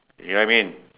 you know what I mean